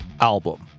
album